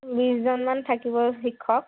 বিছজনমান থাকিব শিক্ষক